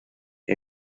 dvd